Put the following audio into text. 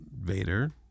Vader